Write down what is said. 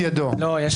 ההסתייגות